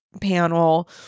Panel